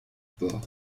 port